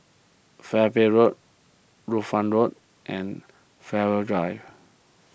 Road Road and Fairways Drive